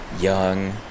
young